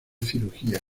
cirugía